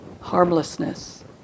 harmlessness